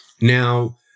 Now